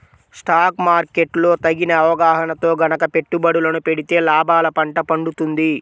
stock market లో తగిన అవగాహనతో గనక పెట్టుబడులను పెడితే లాభాల పండ పండుతుంది